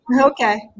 Okay